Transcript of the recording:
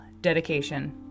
dedication